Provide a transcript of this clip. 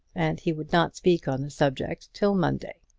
and he would not speak on the subject till monday.